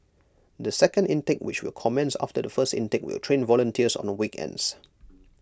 the second intake which will commence after the first intake will train volunteers on weekends